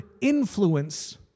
influence